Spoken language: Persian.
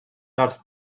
درس